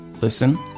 listen